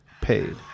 paid